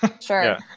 Sure